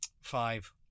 five